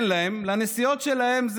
אין להם לנסיעות שלהם,